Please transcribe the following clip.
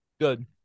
Good